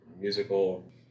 Musical